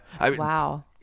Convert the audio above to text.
Wow